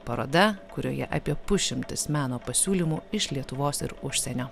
paroda kurioje apie pusšimtis meno pasiūlymų iš lietuvos ir užsienio